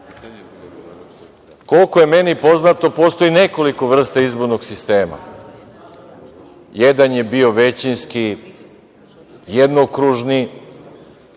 Koliko je meni poznato postoji nekoliko vrsta izbornih sistema. Jedan je bio većinski jednokružni,